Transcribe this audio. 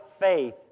faith